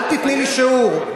אל תיתני לי שיעור.